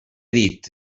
dit